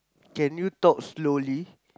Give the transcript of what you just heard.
can you talk slowly